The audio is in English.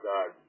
God